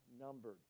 numbered